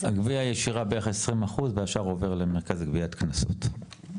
גבייה ישירה בערך כ-20% והשאר עובר למרכז לגביית קנסות.